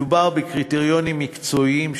מדובר בקריטריונים מקצועיים,